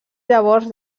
llavors